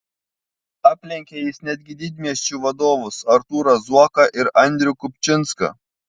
aplenkė jis netgi didmiesčių vadovus artūrą zuoką ir andrių kupčinską